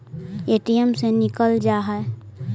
ATM से निकल जा है?